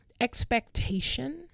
expectation